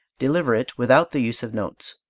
deliver it without the use of notes.